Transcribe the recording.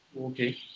Okay